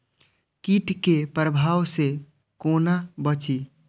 कीट के प्रभाव से कोना बचीं?